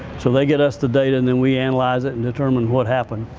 so they get us the data and then we analyze it and determine what happened.